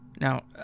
Now